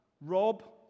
Rob